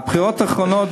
בבחירות האחרונות,